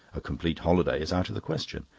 a complete holiday is out of the question.